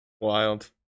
Wild